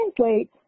Translate